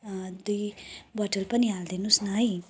दुई बोतल पनि हालिदिनु होस् न है